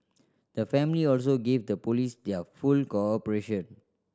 the family also gave the Police their full cooperation